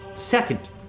Second